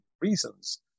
reasons